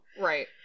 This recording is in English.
Right